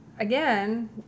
Again